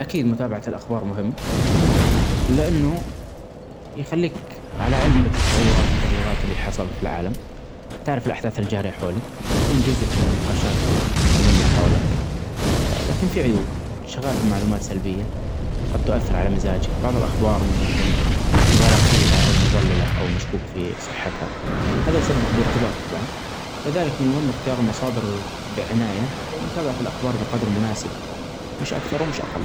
اكيد متابعه الاخبار مهم لانه يخليك علي علم بالتطورات والتغييرات اللي حصلت في العالم, تعرف الاحداث الجاريه حواليك تكون جزء من النقاشات المهمه حولك اه لكن في عيوب انشغال بمعلومات سلبيه قد تؤثر علي مزاجك بعض الاخبار قد تكون مبالغ فيها او مضلله او مشكوك في صحتها هذا يسبب ارتباك طبعا. لذلك من المهم اختيار مصادر بعنايه ومتابعه الاخبار بقبدر مناسب مش اكثر ومش اقل.